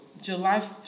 July